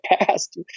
past